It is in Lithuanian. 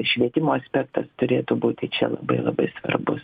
švietimo aspektas turėtų būti čia labai labai svarbus